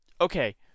Okay